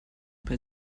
bei